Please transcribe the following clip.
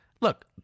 look